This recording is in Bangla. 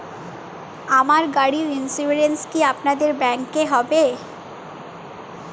আমার গাড়ির ইন্সুরেন্স কি আপনাদের ব্যাংক এ হবে?